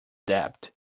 debt